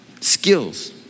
Skills